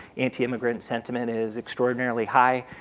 anti-immigrant sentiment is extraordinarily high.